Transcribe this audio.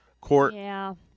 court